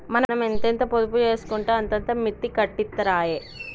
మనం ఎంతెంత పొదుపు జేసుకుంటే అంతంత మిత్తి కట్టిత్తరాయె